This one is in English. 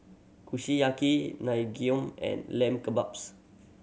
Kushiyaki Naengmyeon and Lamb Kebabs